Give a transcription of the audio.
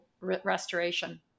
restoration